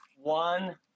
one